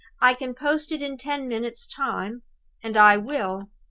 i can post it in ten minutes' time and i will!